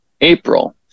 April